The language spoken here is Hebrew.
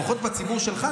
לפחות בציבור שלך,